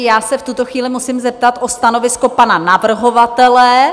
Já se v tuto chvíli musím zeptat na stanovisko pana navrhovatele.